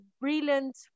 brilliant